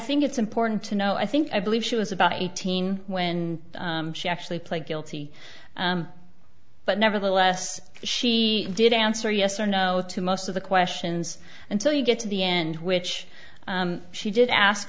think it's important to know i think i believe she was about eighteen when she actually played guilty but nevertheless she did answer yes or no to most of the questions until you get to the end which she